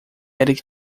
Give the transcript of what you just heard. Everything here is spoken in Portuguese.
erik